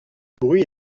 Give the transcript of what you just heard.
bruit